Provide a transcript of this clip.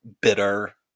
bitter